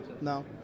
no